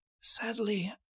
Sadly